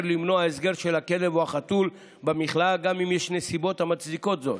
למנוע הסגר של הכלב או החתול במכלאה גם אם יש נסיבות המצדיקות זאת,